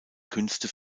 künste